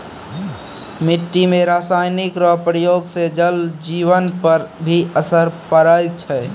मिट्टी मे रासायनिक रो प्रयोग से जल जिवन पर भी असर पड़ै छै